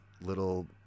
little